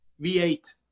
V8